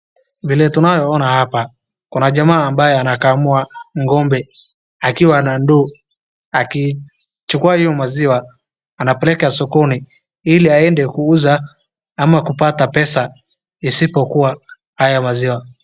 Vile tunayoona hapa kuna jamaa ambaye anakamua ng'ombe akiwa na ndoo akichukua hio maziwa anapeleka sokoni hili aende kuuza ama kupata pesa isipokuwa haya maziwa.